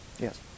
Yes